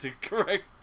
correct